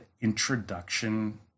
introduction